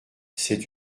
c’est